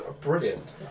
brilliant